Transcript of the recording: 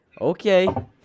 Okay